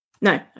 No